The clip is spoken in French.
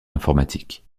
informatique